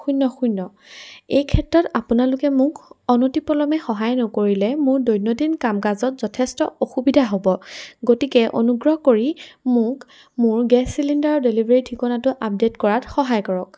শূন্য শূন্য এইক্ষেত্ৰত আপোনালোকে মোক অনতিপলমে সহায় নকৰিলে মোৰ দৈনন্দিন কাম কাজত যথেষ্ট অসুবিধা হ'ব গতিকে অনুগ্ৰহ কৰি মোক মোৰ গেছ চিলিণ্ডাৰৰ ডেলিভাৰী ঠিকনাটো আপডেট কৰাত সহায় কৰক